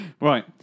Right